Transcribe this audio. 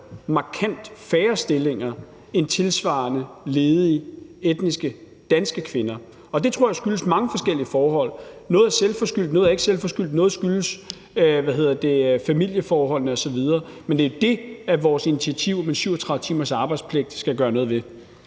markant færre stillinger end tilsvarende ledige etnisk danske kvinder. Det tror jeg skyldes mange forskellige forhold. Noget er selvforskyldt, noget er ikke selvforskyldt, noget skyldes familieforhold osv., men det er det, vores initiativ med 37 timers arbejdspligt skal gøre noget ved.